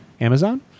Amazon